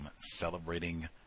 celebrating